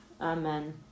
Amen